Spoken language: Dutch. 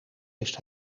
wist